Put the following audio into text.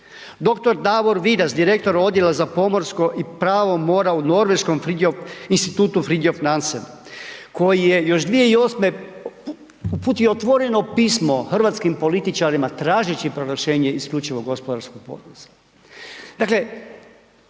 doktor Davor Vidas direktor odjela za pomorsko i pravo mora u Norveškom institutu Fridtjof Nansen koji je još 2008. uputio otvoreno pismo hrvatskim političarima tražeći proglašenje isključivog gospodarskog pojasa.